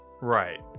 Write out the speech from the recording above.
right